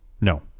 no